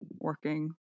working